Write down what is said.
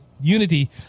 unity